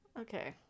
Okay